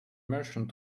merchant